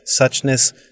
Suchness